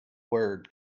word